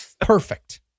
Perfect